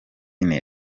ine